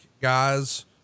guys